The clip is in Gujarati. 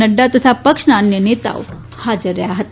નક્કા અને પક્ષના અન્ય નેતાઓ હાજર રહ્યા હતા